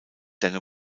dan